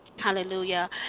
Hallelujah